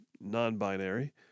non-binary